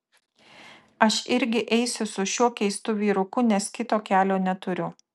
aš irgi eisiu su šiuo keistu vyruku nes kito kelio neturiu